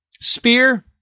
spear